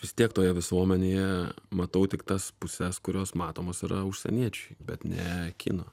vis tiek toje visuomenėje matau tik tas puses kurios matomos yra užsieniečiui bet ne kino